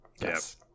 Yes